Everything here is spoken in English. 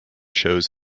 shows